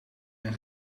een